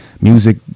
music